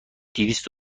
دویست